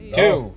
two